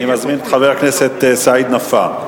אני מזמין את חבר הכנסת סעיד נפאע.